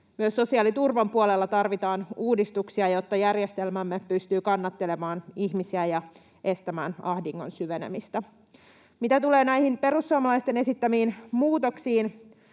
Myös sosiaaliturvan puolella tarvitaan uudistuksia, jotta järjestelmämme pystyy kannattelemaan ihmisiä ja estämään ahdingon syvenemistä. Mitä tulee näihin perussuomalaisten esittämiin muutoksiin,